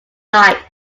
night